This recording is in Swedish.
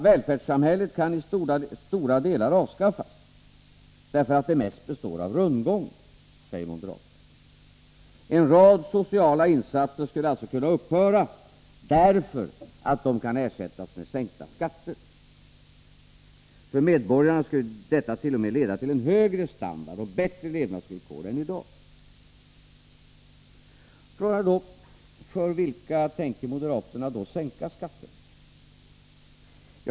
Välfärdssamhället kan i stora delar avskaffas därför att det mest består av ”rundgång”, säger moderaterna. En rad sociala insatser skulle alltså kunna upphöra därför att de kan ersättas med sänkta skatter. För medborgarna skulle detta t.o.m. leda till en högre standard och bättre levnadsvillkor än i dag. Frågan är då: För vilka tänker moderaterna sänka skatten?